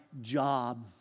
job